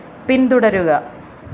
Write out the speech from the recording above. പിന്തുടരുക